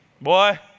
boy